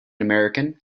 american